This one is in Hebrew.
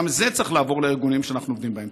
גם זה צריך לעבור לארגונים שאנחנו עובדים בהם.